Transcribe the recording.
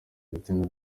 ibitsina